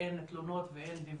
ואין תלונות ואין דיווחים.